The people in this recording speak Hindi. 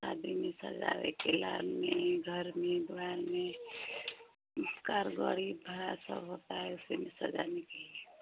शादी में सजाने के लिए मेनली घर में द्वार में कारगरी भी सब होती हे उसी में सजाने के लिए